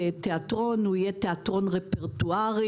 קבוצת תיאטרון, הוא יהיה תיאטרון רפרטוארי.